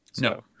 No